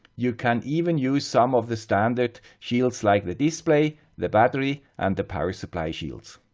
you can even use some of the standard shields like the display, the battery, and the power supply shields.